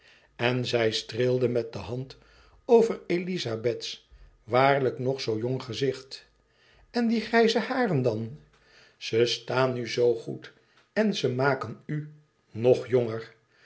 en zij streelde met de hand over elizabeths waarlijk nog zoo jong gezicht en die grijze haren dan ze staan u zoo goed en ze maken u ng jonger